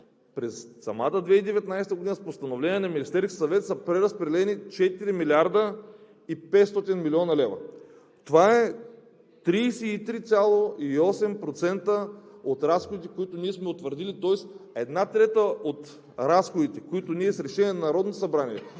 през самата 2019 г. с постановление на Министерския съвет са преразпределени 4 млрд. 500 млн. лв. Това е 33,8% от разходите, които ние сме утвърдили, тоест една трета от разходите, които с решение на Народното събрание